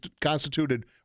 constituted